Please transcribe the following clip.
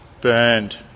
burned